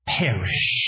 perish